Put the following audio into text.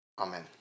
Amen